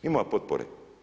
Ima potpore.